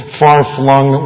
far-flung